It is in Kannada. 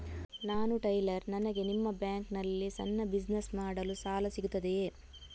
ನಾನು ಟೈಲರ್, ನನಗೆ ನಿಮ್ಮ ಬ್ಯಾಂಕ್ ನಲ್ಲಿ ಸಣ್ಣ ಬಿಸಿನೆಸ್ ಮಾಡಲು ಸಾಲ ಸಿಗುತ್ತದೆಯೇ?